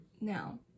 Now